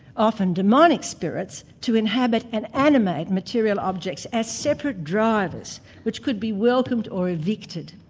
often demonic spirits, to inhabit and animate material objects as separate drivers which could be welcomed or evicted,